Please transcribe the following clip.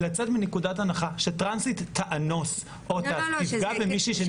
לצאת מנקודת הנחה שטרנסית תאנוס או תפגע במישהי שנפגעת.